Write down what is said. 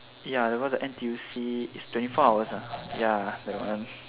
ya because the N_T_U_C is twenty four hours ah ya that one